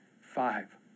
five